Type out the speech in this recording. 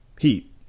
Heat